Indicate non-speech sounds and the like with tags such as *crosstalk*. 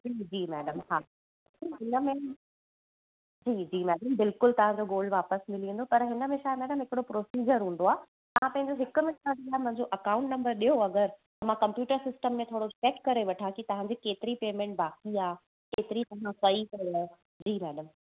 जी जी मैडम हा *unintelligible* जी जी मैडम बिल्कुलु तव्हांजो गोल्ड वापसि मिली वेंदो पर हिन में छा आहे मैडम हिकिड़ो प्रोसिज़र हूंदो आहे तव्हां पंहिंजो हिक मिंट लाइ *unintelligible* अकाउंट नंबर ॾियो अगरि त मां कंप्युटर सिस्टम में थोरो चेक करे वठां की तव्हांजी केतिरी पेमेंट बाक़ी आहे केतिरी पेमेंट पेई अथव जी मैडम